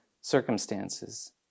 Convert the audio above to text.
circumstances